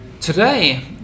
today